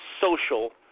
social